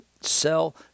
sell